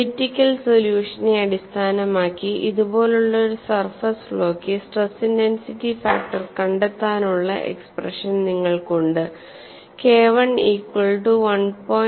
elliptical സൊല്യൂഷനെ അടിസ്ഥാനമാക്കി ഇതുപോലുള്ള ഒരു സർഫസ് ഫ്ളോക്ക് സ്ട്രെസ് ഇന്റൻസിറ്റി ഫാക്ടർ കണ്ടെത്താനുള്ള എക്സ്പ്രഷൻ നിങ്ങൾക്കുണ്ട് K I ഈക്വൽ റ്റു 1